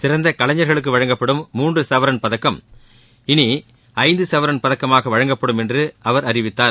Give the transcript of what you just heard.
சிறந்த கலைஞர்களுக்கு வழங்கப்படும் மூன்று சவரன் பதக்கம் ஐந்து சவரன் பதக்கமாக வழங்கப்படும் என்று அவர் அறிவித்தார்